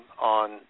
on